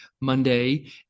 monday